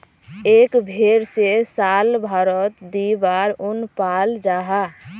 एक भेर से साल भारोत दी बार उन पाल जाहा